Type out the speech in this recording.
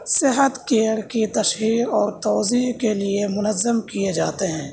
صحت کیئر کی تشہیر اور توضیع کے لیے منظم کیے جاتے ہیں